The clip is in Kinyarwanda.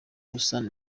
gusana